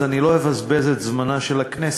אז אני לא אבזבז את זמנה של הכנסת.